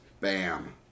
bam